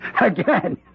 Again